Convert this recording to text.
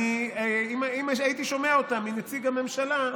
אם הייתי שומע אותה מנציג הממשלה,